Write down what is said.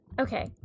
Okay